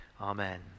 Amen